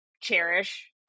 cherish